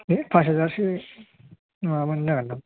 दे फास हाजारसो माबा बानो जागोन दां